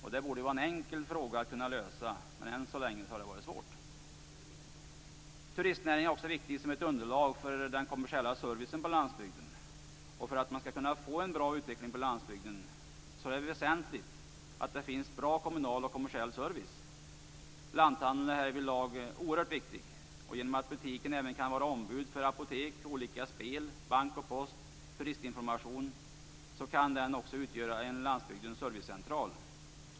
Detta borde ju vara en enkel fråga att lösa, men än så länge har det varit svårt. Turistnäringen är viktig även som underlag för en kommersiell service för landsbygden. För att man skall kunna få en bra utveckling på landsbygden är det väsentligt att det finns bra både kommunal och kommersiell service. Lanthandel är härvidlag oerhört viktig. Genom att butiken även kan vara ombud för apotek, olika spel, bank, post och turistinformation kan den utgöra en landsbygdens servicecentral.